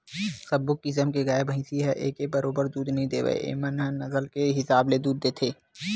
सब्बो किसम के गाय, भइसी ह एके बरोबर दूद नइ देवय एमन ह नसल के हिसाब ले दूद देथे